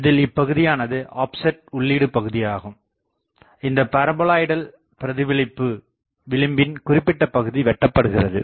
இதில் இப்பகுதியானது ஆப்செட் உள்ளீடு பகுதியாகும் இந்த பரபோலாய்டல் பிரதிபலிப்பு விளிம்பின் குறிப்பிட்ட பகுதி வெட்டப்படுகிறது